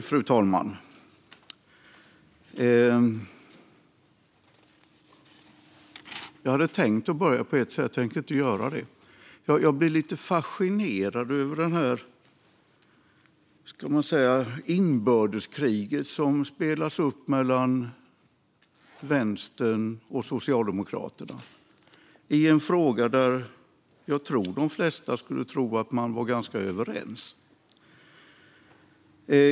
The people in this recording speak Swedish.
Fru talman! Jag hade tänkt börja på ett sätt, men jag tänker inte göra det. Jag blir lite fascinerad över det inbördeskrig som spelas upp mellan Vänstern och Socialdemokraterna i en fråga där jag tror att de flesta skulle tro att man var ganska överens.